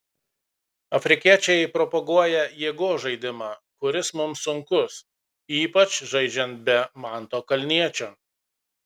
afrikiečiai propaguoja jėgos žaidimą kuris mums sunkus ypač žaidžiant be manto kalniečio